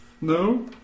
No